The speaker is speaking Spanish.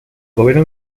gobierno